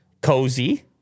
cozy